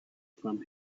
from